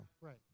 Right